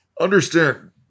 understand